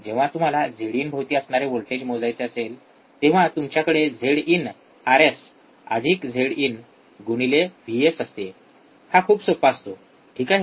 जेंव्हा तुम्हाला झेडइन भोवतीअसणारे व्होल्टेज मोजायचे असेल तेव्हा तुमच्याकडे झेडइन आरएस अधिक झेडइन गुणिले व्हीएस असते हा खूप सोपा असतो ठीक आहे